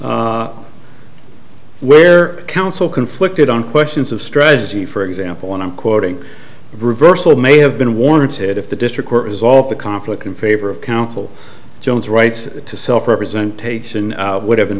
case where counsel conflicted on questions of strategy for example and i'm quoting reversal it may have been warner to if the district court resolve the conflict in favor of counsel jones rights to self representation would have been